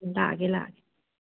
ꯂꯥꯛꯑꯒꯦ ꯂꯥꯛꯑꯒꯦ